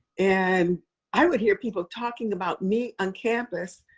and i would hear people talking about me on campus,